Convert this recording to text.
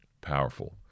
Powerful